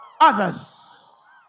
others